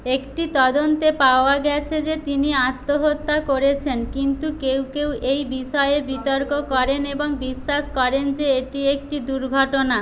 একটি তদন্তে পাওয়া গেছে যে তিনি আত্মহত্যা করেছেন কিন্তু কেউ কেউ এই বিষয়ে বিতর্ক করেন এবং বিশ্বাস করেন যে এটি একটি দুর্ঘটনা